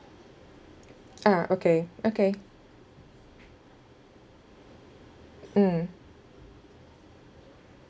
ah okay okay mm